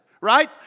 right